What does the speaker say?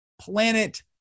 planet